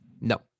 No